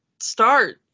start